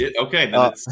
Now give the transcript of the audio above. okay